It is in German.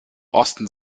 osten